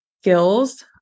skills